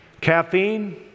caffeine